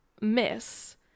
miss